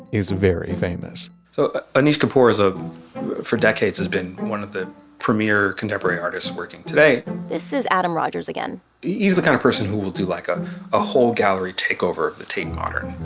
is very famous so anish kapoor, ah for decades has been one of the premier contemporary artists working today this is adam rogers again he's the kind of person who will do like ah a whole gallery takeover at the tate modern.